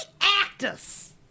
actors